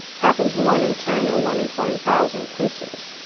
happens one in ten or one in twenty thousand cases.